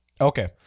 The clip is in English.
okay